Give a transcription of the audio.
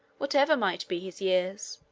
whatever might be his years.